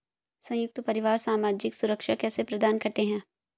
संयुक्त परिवार सामाजिक सुरक्षा कैसे प्रदान करते हैं?